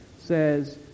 says